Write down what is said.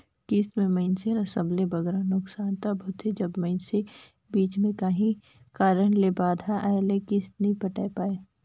किस्त में मइनसे ल सबले बगरा नोसकान तब होथे जब मइनसे बीच में काहीं कारन ले बांधा आए ले किस्त नी पटाए पाए